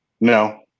No